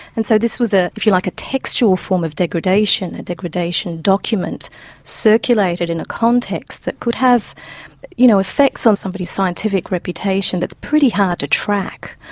and so this was, ah if you like, a textual form of degradation, a degradation document circulated in a context that could have you know effects on somebody's scientific reputation that's pretty hard to track.